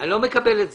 את זה.